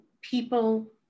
people